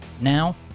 now